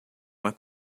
uma